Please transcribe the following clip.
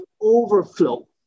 overflow